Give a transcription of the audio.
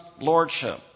lordship